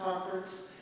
conference